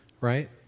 right